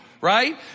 right